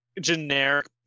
generic